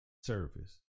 service